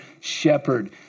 shepherd